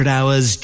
Hours